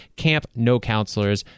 campnocounselors